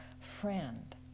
friend